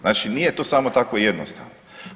Znači nije to samo tako jednostavno.